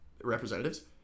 representatives